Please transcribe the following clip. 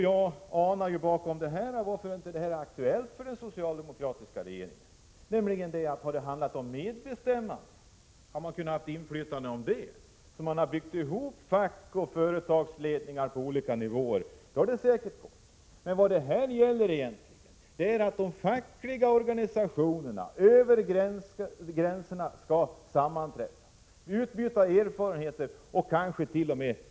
Jag anar vad som är skälet till att det här inte längre är aktuellt för den socialdemokratiska regeringen. Hade det handlat om inflytande över medbestämmandet, så att man hade kunnat bygga ihop fack och företagsledningar på olika nivåer, hade det säkert kommit förslag från regeringen. Men vad det här egentligen gäller är att de fackliga organisationerna över gränserna skall sammanträffa, utbyta erfarenheter och kansket.o.m.